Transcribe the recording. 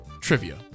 trivia